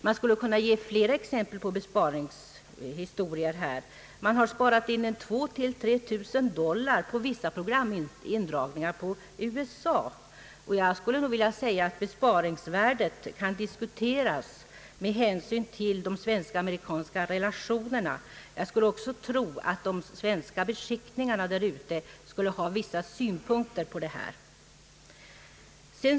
Det skulle kunna anföras fler exempel på besparingar. Man har sparat in 2000—3 000 dollar genom vissa programindragningar när det gäller sändningarna till USA. Jag skulle nog vilja säga att besparingsvärdet i detta fall kan diskuteras med hänsyn till de svensk-amerikanska relationerna. Jag skulle tro att de svenska beskickningarna där ute har vissa synpunkter att anföra på detta.